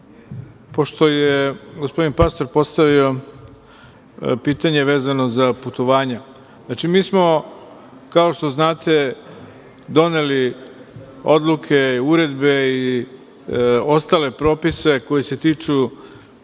pošto je gospodin Pastor postavio pitanje vezano za putovanja, mi smo, kao što znate, doneli odluke, uredbe i ostale propise koji se tiču